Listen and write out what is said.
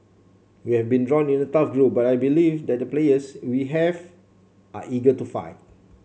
we have been drawn in a tough group but I believe that the players we have are eager to fight